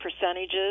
percentages